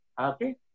okay